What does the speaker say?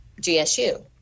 GSU